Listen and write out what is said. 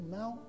now